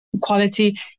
quality